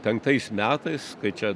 penktais metais kai čia